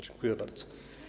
Dziękuję bardzo.